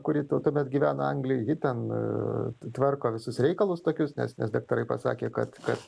kuri tuo tuomet gyveno anglijoj ji ten tvarko visus reikalus tokius nes nes daktarai pasakė kad kad